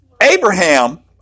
Abraham